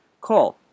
Call